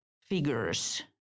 figures